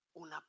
Una